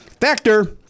Factor